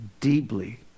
Deeply